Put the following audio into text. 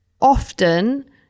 often